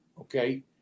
Okay